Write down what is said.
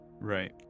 Right